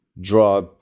draw